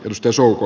jos työsulku